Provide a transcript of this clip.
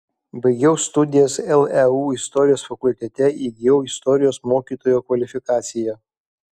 baigiau studijas leu istorijos fakultete įgijau istorijos mokytojo kvalifikaciją